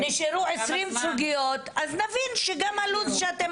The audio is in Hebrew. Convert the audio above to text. נשארו 20 סוגיות אז נבין שגם הלו"ז שאתם